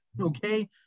Okay